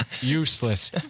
Useless